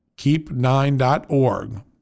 Keep9.org